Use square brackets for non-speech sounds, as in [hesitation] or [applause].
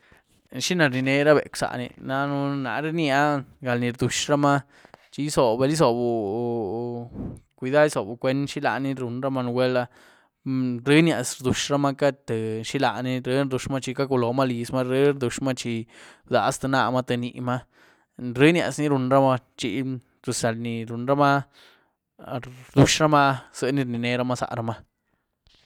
Xi na rníne ra becw zaní, daën, nare rnya à galní rduzh ra ma, chi gyízobu bal gyízobu [hesitation] cuidad gyízobu cuen xi laní runrama nugwel ah [hesitation] rnyenyaz rduxrama cad tî xilanì, rny rduaxma chi caculoma lizma. rny rduzhma chi rdaz tî nama tî nima, rnyenyaz ni runrama chi [unintelligible] zanírunrama rduaxrama, zení rnineruma zarama.